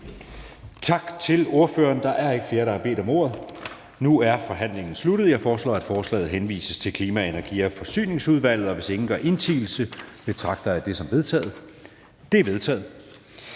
forslagsstillerne. Der er ikke flere, der har bedt om ordet, så nu er forhandlingen sluttet. Jeg foreslår, at forslaget til folketingsbeslutning henvises til Klima-, Energi- og Forsyningsudvalget. Og hvis ingen gør indsigelse, betragter jeg det som vedtaget. Det er vedtaget.